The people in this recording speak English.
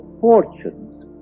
fortunes